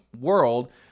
world